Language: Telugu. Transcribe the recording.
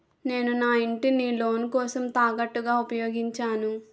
నేను నా ఇంటిని లోన్ కోసం తాకట్టుగా ఉపయోగించాను